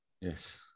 yes